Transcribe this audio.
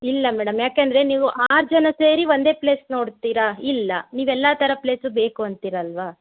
ಇಲ್ಲ ಮೇಡಮ್ ಯಾಕೆಂದರೆ ನೀವು ಆರು ಜನ ಸೇರಿ ಒಂದೇ ಪ್ಲೇಸ್ ನೋಡ್ತೀರಾ ಇಲ್ಲ ನೀವೆಲ್ಲ ಥರ ಪ್ಲೇಸು ಬೇಕು ಅಂತೀರಲ್ವಾ